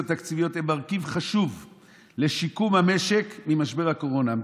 תקציביות הם מרכיב חשוב לשיקום המשק ממשבר הקורונה.